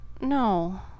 no